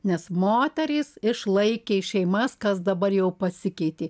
nes moterys išlaikė šeimas kas dabar jau pasikeitė